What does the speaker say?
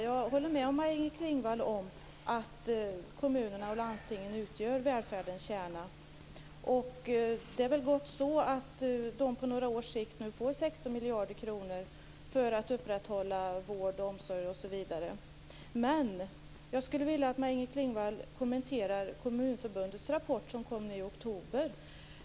Jag håller med Maj-Inger Klingvall om att kommunerna och landstingen utgör välfärdens kärna. Det är väl gott att de på några års sikt får 16 miljarder kronor för att upprätthålla vård och omsorg. Jag skulle vilja att Maj-Inger Klingvall kommenterar Kommunförbundets rapport som kom i oktober.